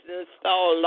install